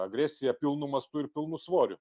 agresija pilnu mastu ir pilnu svoriu